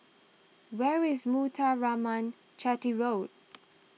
where is Muthuraman Chetty Road